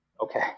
Okay